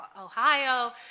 Ohio